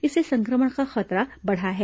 इससे संक्रमण का खतरा बढ़ा है